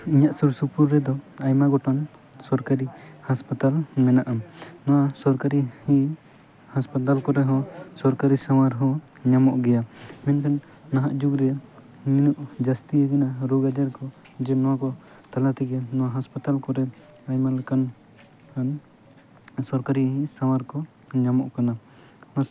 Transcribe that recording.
ᱤᱧᱟᱹᱜ ᱥᱩᱨ ᱥᱩᱯᱩᱨ ᱨᱮᱫᱚ ᱟᱭᱢᱟ ᱜᱚᱴᱟᱝ ᱥᱚᱨᱠᱟᱨᱤ ᱦᱟᱥᱯᱟᱛᱟᱞ ᱢᱮᱱᱟᱜᱼᱟ ᱱᱚᱣᱟ ᱥᱚᱨᱠᱟᱨᱤ ᱦᱟᱥᱯᱟᱛᱟᱞ ᱠᱚᱨᱮ ᱦᱚᱸ ᱥᱚᱨᱠᱟᱨᱤ ᱥᱟᱶᱟᱨ ᱦᱚᱸ ᱧᱟᱢᱚᱜ ᱜᱮᱭᱟ ᱢᱮᱱᱠᱷᱟᱱ ᱱᱟᱦᱟᱜ ᱡᱩᱜᱽ ᱨᱮ ᱱᱩᱱᱟᱹᱜ ᱡᱟᱹᱥᱛᱤ ᱟᱠᱟᱱᱟ ᱨᱳᱜᱽ ᱟᱡᱟᱨ ᱠᱚ ᱡᱮ ᱱᱚᱣᱟ ᱠᱚ ᱛᱟᱞᱟ ᱛᱮᱜᱮ ᱱᱚᱣᱟ ᱦᱟᱥᱯᱟᱛᱟᱞ ᱠᱚᱨᱮ ᱟᱭᱢᱟ ᱞᱮᱠᱟᱱ ᱟᱱ ᱥᱚᱨᱠᱟᱨᱤ ᱥᱟᱶᱟᱨ ᱠᱚ ᱧᱟᱢᱚᱜ ᱠᱟᱱᱟ